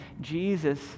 Jesus